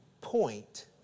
point